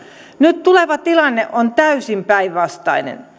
nyt tuleva tilanne on täysin päinvastainen